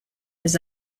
his